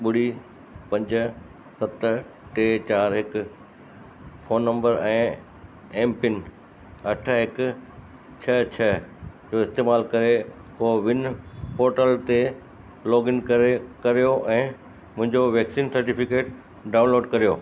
ॿुड़ी पंज सत टे चारि हिकु फ़ोन नंबर ऐं एमपिन अठ हिकु छह छह जो इस्तेमालु करे कोविन पोर्टल ते लोगइन करे करियो ऐं मुंहिंजो वैक्सीन सर्टिफिकेट डाउनलोड करियो